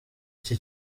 iki